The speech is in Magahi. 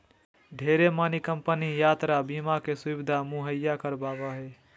ढेरे मानी कम्पनी यात्रा बीमा के सुविधा मुहैया करावो हय